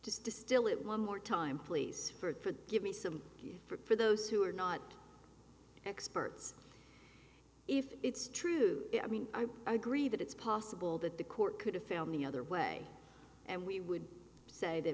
just distill it one more time please for give me some for those who are not experts if it's true i mean i agree that it's possible that the court could have found the other way and we would say that